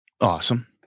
Awesome